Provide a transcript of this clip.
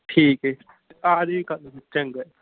ਠੀਕ ਹੈ ਅਤੇ ਆਜਿਓ ਜੀ ਕੱਲ ਨੂੰ ਚੰਗਾ